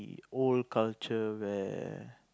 old culture where